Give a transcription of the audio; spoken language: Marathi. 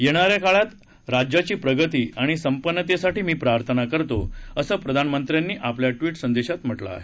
येणाऱ्या काळात राज्याची प्रगती आणि संपन्नतेसाठी मी प्रार्थना करतो असं प्रधानमंत्र्यांनी आपल्या ट्वीट संदेशात म्हटलं आहे